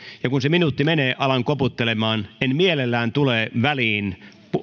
ja kun se minuutti menee alan koputtelemaan en mielellään tule väliin